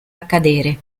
accadere